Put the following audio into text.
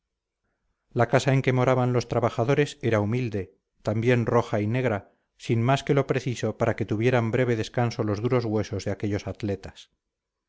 la casa en que moraban los trabajadores era humilde también roja y negra sin más que lo preciso para que tuvieran breve descanso los duros huesos de aquellos atletas